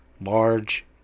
large